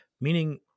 Meaning